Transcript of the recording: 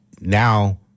now